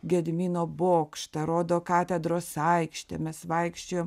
gedimino bokštą rodo katedros aikštę mes vaikščiojom